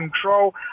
control